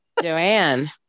Joanne